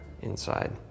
inside